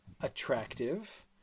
attractive